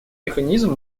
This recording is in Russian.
механизм